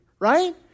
Right